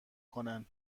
کنن